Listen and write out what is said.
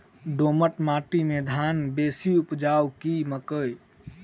दोमट माटि मे धान बेसी उपजाउ की मकई?